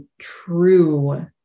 true